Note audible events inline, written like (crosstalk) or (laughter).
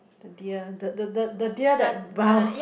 the deer the the the the deer that bow (laughs)